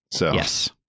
Yes